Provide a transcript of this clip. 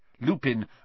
Lupin